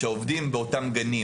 כאשר העובדים באותם גנים